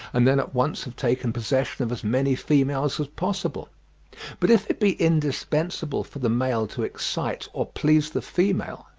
and then at once have taken possession of as many females as possible but if it be indispensable for the male to excite or please the female,